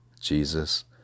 Jesus